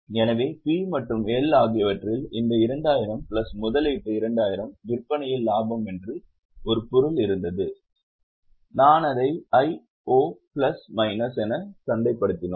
எனவே P மற்றும் L ஆகியவற்றில் இந்த 2000 பிளஸ் முதலீட்டு 2000 விற்பனையில் லாபம் என்று ஒரு பொருள் இருந்தது நான் அதை I O பிளஸ் மைனஸ் என சந்தைப்படுத்தினோம்